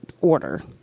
order